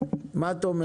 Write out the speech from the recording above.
מה את אומרת?